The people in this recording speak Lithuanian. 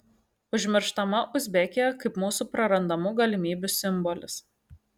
užmirštama uzbekija kaip mūsų prarandamų galimybių simbolis